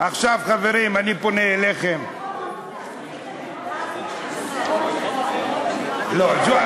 אתה יכול שוב להסביר את המוזיאון של ג'ו אלון?